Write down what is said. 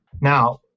Now